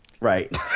Right